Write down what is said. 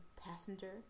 passenger